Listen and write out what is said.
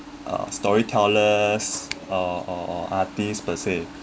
uh storytellers uh uh artist per se